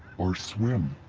or swim,